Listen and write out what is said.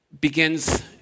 begins